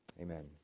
Amen